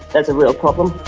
there's a real problem.